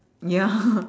ya